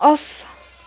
off